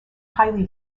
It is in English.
highly